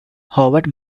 howard